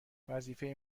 وظیفه